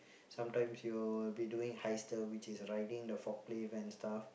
sometimes you will be doing which is riding the forklift and stuff